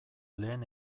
lehen